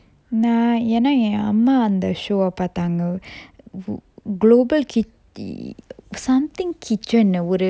நா ஏன்னா என் அம்மா அந்த:na eanna en amma antha show ah பாத்தாங்க:pathanga global kitchen something kitchen ஒரு:oru